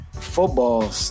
football